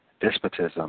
despotism